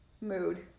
mood